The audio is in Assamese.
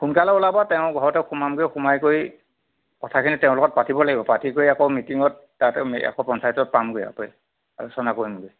সোনকালে ওলাবা তেওঁৰ ঘৰতে সোমামগৈ সোমাই কৰি কথাখিনি তেওঁৰ লগত পাতিব লাগিব পাতি কৰি আকৌ মিটিঙত তাতে আকৌ পঞ্চায়তত পামগৈ আলোচনা কৰিমগৈ